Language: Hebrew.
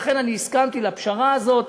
לכן הסכמתי לפשרה הזאת,